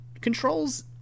controls